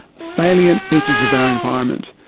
salient features of our environment.